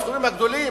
בסכומים הגדולים,